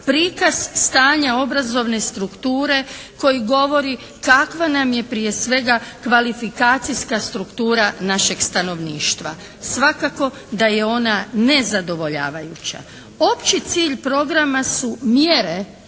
prikaz stanja obrazovne strukture koji govori kakva nam je prije svega kvalifikacijska struktura našeg stanovništva. Svakako da je ona nezadovoljavajuća. Opći cilj programa su mjere